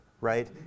right